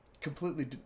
completely